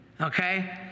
Okay